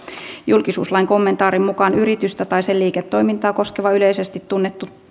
julkisuuslain kommentaarin mukaan yritystä tai sen liiketoimintaa koskeva yleisesti tunnettu